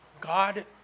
God